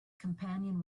companion